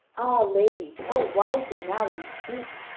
lady, how wisely now you speak!